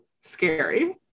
scary